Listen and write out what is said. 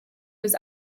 was